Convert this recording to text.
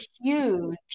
huge